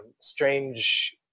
strange